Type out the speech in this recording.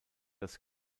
das